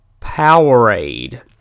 Powerade